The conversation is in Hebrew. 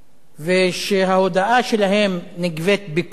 שההודאה שלהם נגבית בכוח